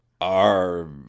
Are